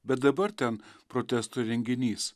bet dabar ten protesto renginys